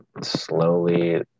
slowly